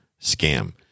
scam